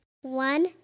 One